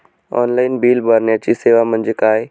Online bill भरण्याची सेवा म्हणजे काय?